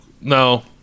no